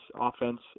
offense